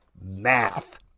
Math